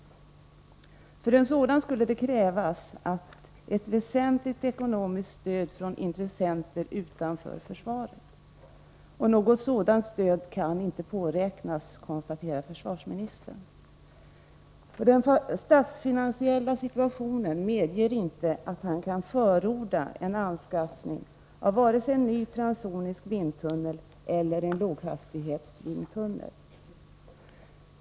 För en sådan skulle det krävas ett väsentligt ekonomiskt stöd från intressenter utanför försvaret. Något sådant stöd kan inte påräknas, konstaterar försvarsministern. Den statsfinansiella situationen medger inte att han förordar en anskaffning av vare sig en ny transsonisk vindtunnel eller en låghastighetsvindtunnel.